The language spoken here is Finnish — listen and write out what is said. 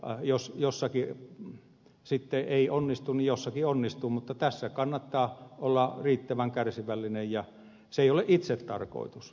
ja jos jossakin sitten ei onnistu niin jossakin onnistuu mutta tässä kannattaa olla riittävän kärsivällinen ja se ei ole itsetarkoitus